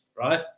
Right